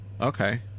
okay